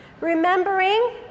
remembering